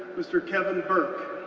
mr. kevin burke,